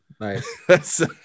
Nice